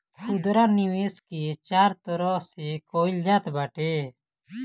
खुदरा निवेश के चार तरह से कईल जात बाटे